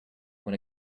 when